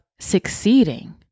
succeeding